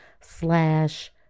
slash